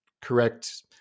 correct